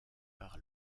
par